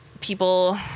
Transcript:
people